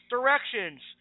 Directions